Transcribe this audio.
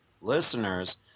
listeners